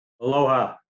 Aloha